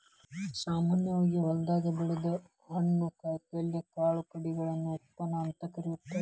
ಸಾಮಾನ್ಯವಾಗಿ ಹೊಲದಾಗ ಬೆಳದ ಹಣ್ಣು, ಕಾಯಪಲ್ಯ, ಕಾಳು ಕಡಿಗಳನ್ನ ಉತ್ಪನ್ನ ಅಂತ ಕರೇತಾರ